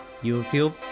YouTube